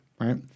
right